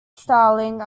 starling